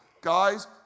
Guys